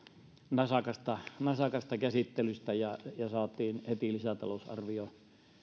nasakasta nasakasta käsittelystä saatiin heti lisätalousarvio